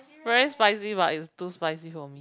very spicy but it's too spicy for me